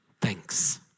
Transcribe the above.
thanks